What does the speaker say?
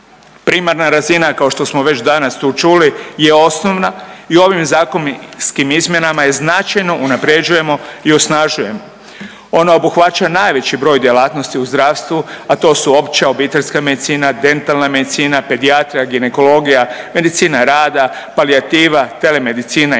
Primarna razina kao što smo već danas tu čuli je osnovna i ovim zakonskim izmjenama je značajno unapređujemo i osnažujemo. Ona obuhvaća najveći broj djelatnosti u zdravstvu, a to su opća, obiteljska medicina, dentalna medicina, pedijatrija, ginekologija, medicina rada, palijativa, tele medicina i još